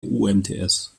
umts